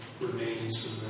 remains